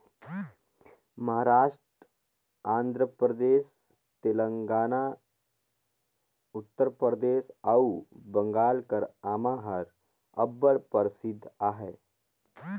महारास्ट, आंध्र परदेस, तेलंगाना, उत्तर परदेस अउ बंगाल कर आमा हर अब्बड़ परसिद्ध अहे